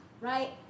Right